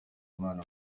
imana